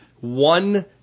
one